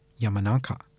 Yamanaka